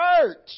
church